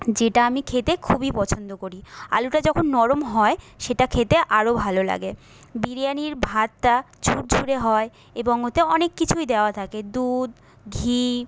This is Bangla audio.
যেটা আমি খেতে খুবই পছন্দ করি আলুটা যখন নরম হয় সেটা খেতে আরও ভালো লাগে বিরিয়ানির ভাতটা ঝুরঝুরে হওয়ায় এবং ওতে অনেক কিছুই দেওয়া থাকে দুধ ঘি